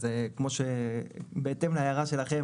אז בהתאם להערה שלכם,